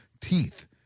teeth